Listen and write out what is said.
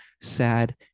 sad